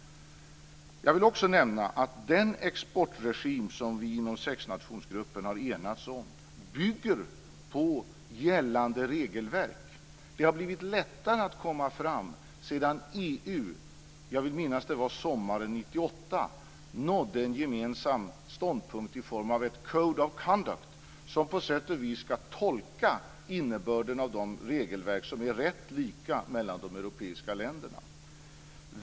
Jag vill också nämna att den exportregim som vi inom sexnationsgruppen har enats om bygger på gällande regelverk. Det har blivit lättare att komma fram sedan EU nådde en gemensam ståndpunkt i form av en code of conduct. Jag vill minnas att det var sommaren 1998. Den ska på sätt och vis tolka innebörden av de regelverk som är ganska lika i de europeiska länderna.